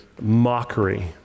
mockery